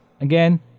again